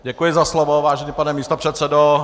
Děkuji za slovo, vážený pane místopředsedo.